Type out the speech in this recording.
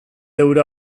hura